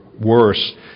worse